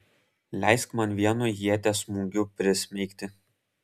leisk man vienu ieties smūgiu prismeigti